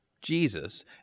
Jesus